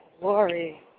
glory